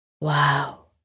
Wow